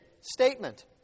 statement